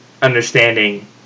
understanding